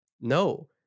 no